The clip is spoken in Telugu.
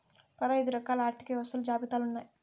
పదైదు రకాల ఆర్థిక వ్యవస్థలు జాబితాలు ఉన్నాయి